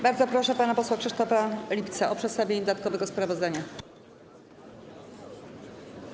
Bardzo proszę pana posła Krzysztofa Lipca o przedstawienie dodatkowego sprawozdania komisji.